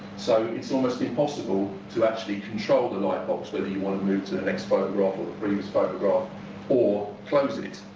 so it almost impossible to actually control the light box whether you want to move to the next photograph or the previous photograph or close it.